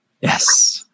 Yes